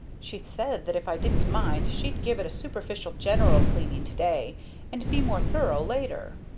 she said that if i didn't mind she'd give it a superficial general cleaning today and be more thorough later!